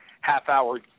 half-hour